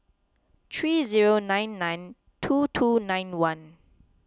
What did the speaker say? three zero nine nine two two nine one